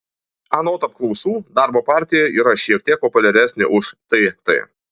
anot apklausų darbo partija yra šiek tiek populiaresnė už tt